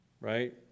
Right